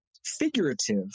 figurative